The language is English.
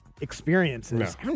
experiences